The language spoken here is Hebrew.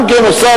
גם גינוסר,